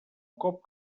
cop